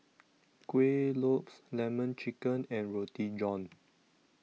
Kueh Lopes Lemon Chicken and Roti John